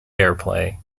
airplay